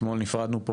אתמול נפרדנו פה